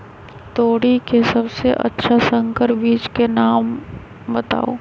तोरी के सबसे अच्छा संकर बीज के नाम बताऊ?